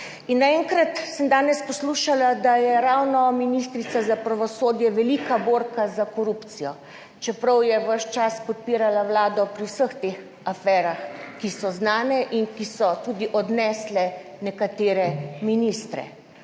In naenkrat sem danes poslušala, da je ravno ministrica za pravosodje velika borka za korupcijo, čeprav je ves čas podpirala Vlado pri vseh teh aferah, ki so znane, in ki so tudi odnesle nekatere ministre,